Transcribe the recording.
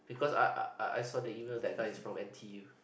because I I I I saw the email that guy is from n_t_u